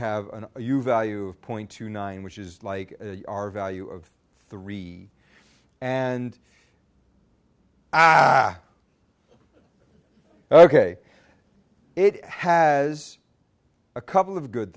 have an you value of point two nine which is like our value of three and i ok it has a couple of good